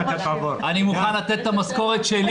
אני מוכן לתת את המשכורת שלי,